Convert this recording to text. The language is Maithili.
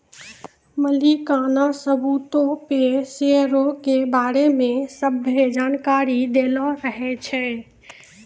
मलिकाना सबूतो पे शेयरो के बारै मे सभ्भे जानकारी दैलो रहै छै